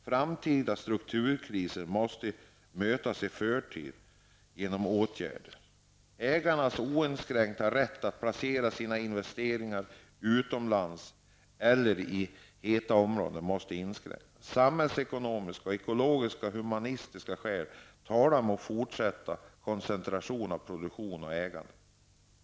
Framtida strukturkriser måste mötas i förtid genom åtgärder. Ägarnas oinskränkta rätt att placera sina investeringar utomlands eller i ''heta'' områden måste inskränkas. Samhällsekonomiska, ekologiska och humanistiska skäl talar mot fortsatt koncentration av produktion och ägande.